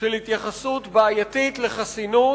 של התייחסות בעייתית לחסינות,